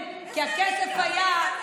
כי הכסף היה,